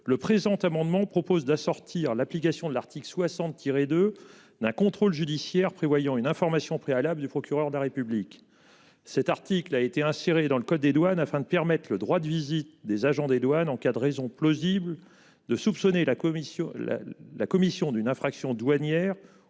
Le présent amendement propose d'assortir l'application de l'article 60 tiré de d'un contrôle judiciaire prévoyant une information préalable du procureur de la République. Cet article a été inséré dans le code des douanes afin de permettre le droit de visite des agents des douanes en cas de raisons plausibles de soupçonner la commission. La commission d'une infraction douanière